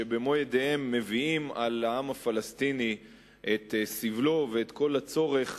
שבמו ידיהם מביאים על העם הפלסטיני את סבלו ואת כל הצורך